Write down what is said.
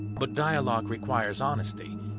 but dialogue requires honesty,